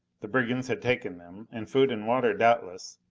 the brigands had taken them, and food and water doubtless,